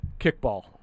kickball